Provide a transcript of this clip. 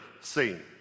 seen